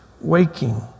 waking